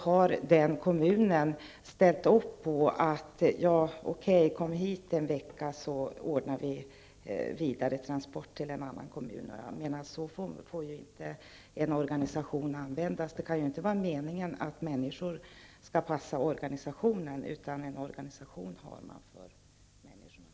Kommunen har då ställt upp på att flyktingen kommer dit en vecka och sedan ordnas vidaretransport till en annan kommun. Så får inte en organisation användas. Det kan inte vara meningen att människor skall passa organisationen, utan en organisation har man för människornas skull.